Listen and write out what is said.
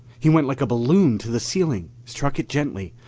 he went like a balloon to the ceiling, struck it gently,